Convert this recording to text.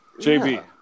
JB